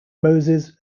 moses